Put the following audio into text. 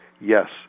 yes